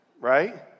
right